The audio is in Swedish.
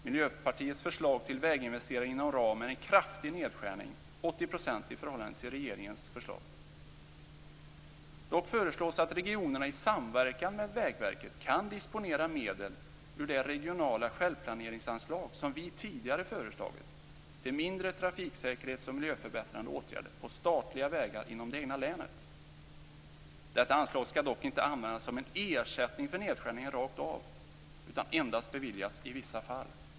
Miljöpartiets förslag till väginvesteringar inom ram är en kraftig nedskärning, 80 %, i förhållande till regeringens förslag. Dock föreslås att regionerna i samverkan med Vägverket skall kunna disponera medel ur det regionala självplaneringsanslag som vi tidigare föreslagit till mindre trafiksäkerhets och miljöförbättrande åtgärder på statliga vägar inom det egna länet. Detta anslag skall dock inte användas som en ersättning för nedskärningen rakt av, utan endast beviljas i vissa fall.